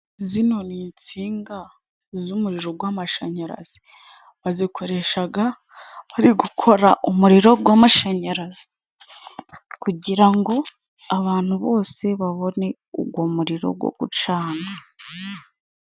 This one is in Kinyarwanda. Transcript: Zino ni insinga z'umuriro gw'amashanyarazi. Bazikoreshaga bari gukora umuriro gw'amashanyarazi. Kugira ngo abantu bose babone ugo muriro go gucana.